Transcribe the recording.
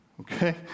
Okay